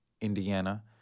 Indiana